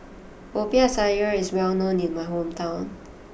Popiah Sayur is well known in my hometown